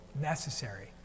necessary